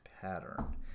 pattern